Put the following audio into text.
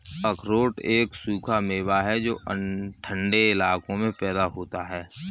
अखरोट एक सूखा मेवा है जो ठन्डे इलाकों में पैदा होता है